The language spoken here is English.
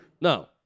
No